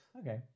okay